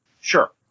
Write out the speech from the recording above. Sure